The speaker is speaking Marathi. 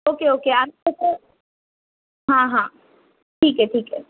ओके ओके आत्ता तर हां हां ठीक आहे ठीक आहे